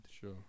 Sure